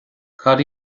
cad